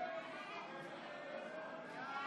התשפ"א 2021,